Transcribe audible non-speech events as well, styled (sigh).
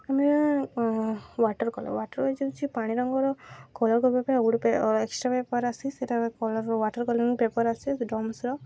ଆମେ water colour water agency ପାଣି ରଙ୍ଗର କଲର୍ ପେପର୍ ପାଇଁ ଆଉ ଗୋଟେ (unintelligible) ଏକ୍ସଟ୍ରା ପେପର୍ ଆସେ ସେଇଟା କଲର୍ ୱାଟର୍ କଲରିଙ୍ଗ୍ ପେପର୍ ଆସେ ସେ ଡମ୍ସର